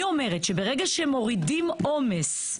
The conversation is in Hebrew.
אני אומרת שברגע שמורידים עומס,